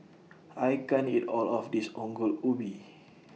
I can't eat All of This Ongol Ubi